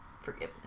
forgiveness